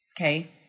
Okay